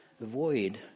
Avoid